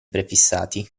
prefissati